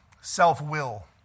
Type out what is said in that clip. self-will